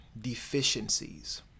deficiencies